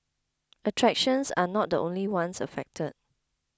attractions are not the only ones affected